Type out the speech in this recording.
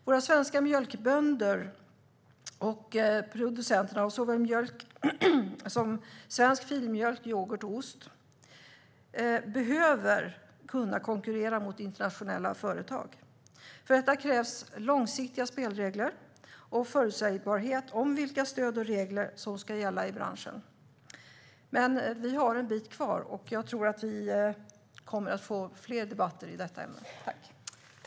Våra svenska mjölkbönder och producenterna av svensk mjölk, filmjölk, yoghurt och ost behöver kunna konkurrera med internationella företag. För detta krävs långsiktiga spelregler och förutsägbarhet om vilka stöd och regler som ska gälla i branschen. Det är en bit kvar, och jag tror att det kommer att bli fler debatter i ämnet.